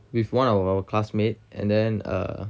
with one of our classmates and then uh